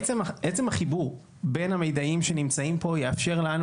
עצם החיבור בין המידעים שנמצאים פה יאפשר לנו